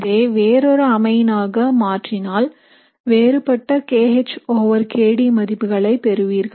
இதை வேறொரு அமைன் ஆக மாற்றினால் வேறுபட்ட kH over kD மதிப்புகளை பெறுவீர்கள்